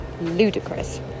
ludicrous